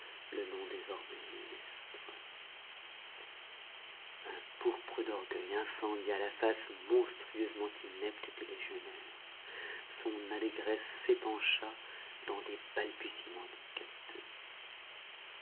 le nom désormais illustre un pourpre d'orgueil incendia la face monstrueusement inepte du légionnaire son allégresse s'épancha dans des balbutiements de